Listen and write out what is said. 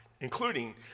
including